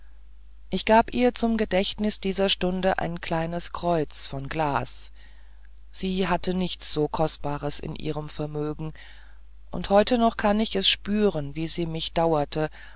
ich gab ihr zum gedächtnis dieser stunde ein kleines kreuz von glas sie hatte nichts so kostbares in ihrem vermögen und heute noch kann ich es spüren wie sie mich dauerte